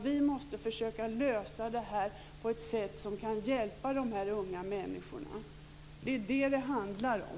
Vi måste försöka lösa detta på ett sätt som kan hjälpa dessa unga människor. Det är det som det handlar om.